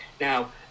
Now